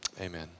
amen